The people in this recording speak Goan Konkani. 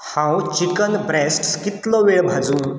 हांव चिकन ब्रॅस्ट्स कितलो वेळ भाजूं